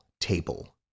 table